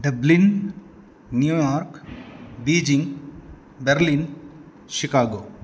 Dublin New York Beijing Berlin Chicago